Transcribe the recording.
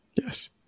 Yes